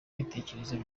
ibitekerezo